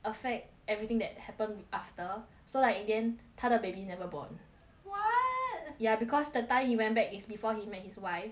affect everything that happened after so like in the end 他的 baby never born [what] ya because the time he went back is before he met his wife